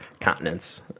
continents